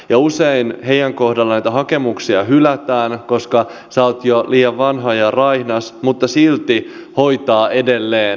usein heidän kohdallaan näitä hakemuksia hylätään koska hoitaja on jo liian vanha ja raihnas mutta silti hoitaa edelleen